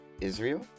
Israel